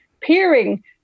peering